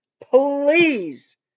please